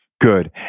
Good